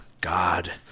God